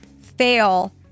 fail